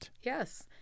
Yes